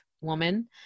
woman